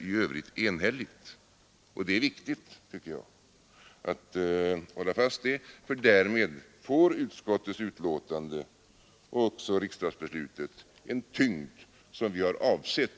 I övrigt är utskottet enigt. Det är viktigt att hålla fast därvid, för utskottets betänkande och riksdagsbeslutet får därmed den tyngd som vi har avsett.